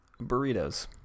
burritos